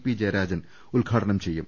P Jayarajan ഉദ്ഘാടനം ചെയ്യും